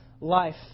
life